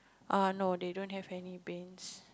err no they don't have any beans